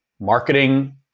marketing